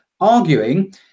arguing